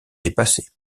dépassée